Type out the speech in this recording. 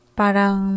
parang